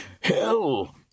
Hell